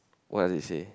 what does it say